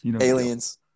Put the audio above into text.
Aliens